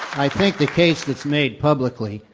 i think the case that's made publicly,